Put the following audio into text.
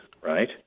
right